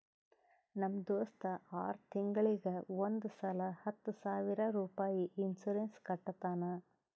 ನಮ್ ದೋಸ್ತ ಆರ್ ತಿಂಗೂಳಿಗ್ ಒಂದ್ ಸಲಾ ಹತ್ತ ಸಾವಿರ ರುಪಾಯಿ ಇನ್ಸೂರೆನ್ಸ್ ಕಟ್ಟತಾನ